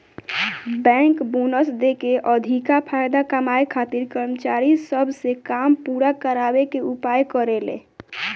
bank bonus देके अधिका फायदा कमाए खातिर कर्मचारी सब से काम पूरा करावे के उपाय करेले